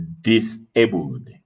Disabled